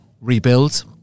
rebuild